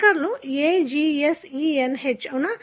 markers A G S E N H అవునా